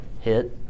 Hit